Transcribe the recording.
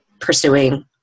pursuing